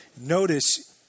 Notice